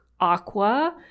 aqua